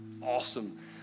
awesome